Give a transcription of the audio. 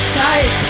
tight